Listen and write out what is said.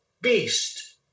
beast